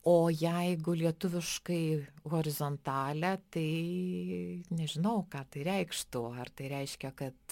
o jeigu lietuviškai horizontalė tai nežinau ką tai reikštų ar tai reiškia kad